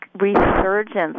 resurgence